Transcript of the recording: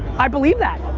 i believe that,